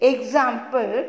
Example